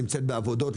נמצאת בעבודות.